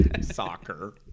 Soccer